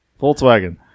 Volkswagen